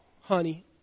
honey